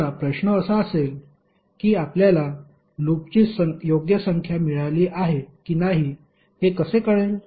आता प्रश्न असा असेल की आपल्याला लूपची योग्य संख्या मिळाली आहे की नाही हे कसे कळेल